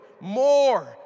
more